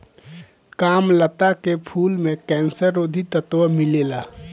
कामलता के फूल में कैंसर रोधी तत्व मिलेला